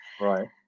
Right